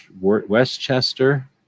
Westchester